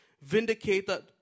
vindicated